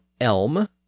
elm